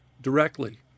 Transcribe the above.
directly